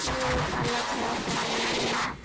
नहीं पालक हरा साग नहीं है